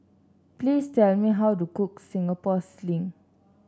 please tell me how to cook Singapore Sling